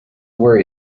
worry